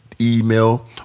email